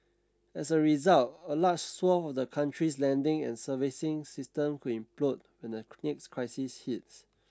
as a result a large swathe of the country's lending and servicing system could implode when the next crisis hits